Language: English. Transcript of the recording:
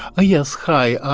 ah yes, hi.